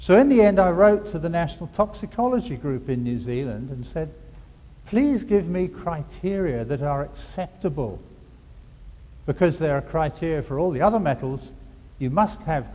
so in the end i wrote to the national toxicology group in new zealand and said please give me criteria that are acceptable because there are criteria for all the other metals you must have